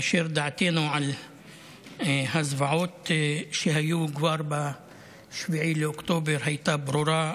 דעתנו על הזוועות שהיו ב-7 באוקטובר כבר הייתה ברורה,